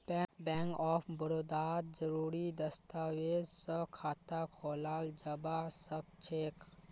bank of बड़ौदात जरुरी दस्तावेज स खाता खोलाल जबा सखछेक